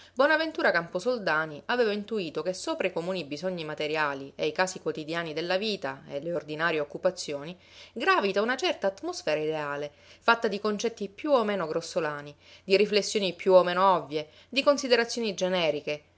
giorno bonaventura camposoldani aveva intuito che sopra i comuni bisogni materiali e i casi quotidiani della vita e le ordinarie occupazioni gravita una certa atmosfera ideale fatta di concetti più o meno grossolani di riflessioni più o meno ovvie di considerazioni generiche